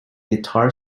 guitar